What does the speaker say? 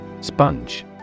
Sponge